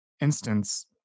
instance